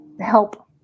help